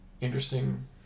interesting